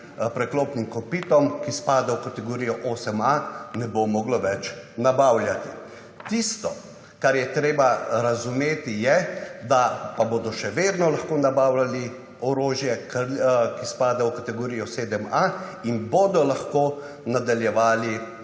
preklopnim kopitom, ki spada v kategorijo 8a ne bo moglo več nabavljati. Tisto, kar je treba razumeti je, da bodo še vedno lahko nabavljali orožje, ki spada v kategorijo 7a in bodo lahko nadaljevali